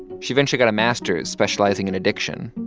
she eventually got a masters specializing in addiction.